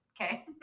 Okay